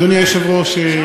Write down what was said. אדוני היושב-ראש,